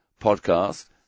Podcast